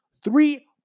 three